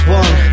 one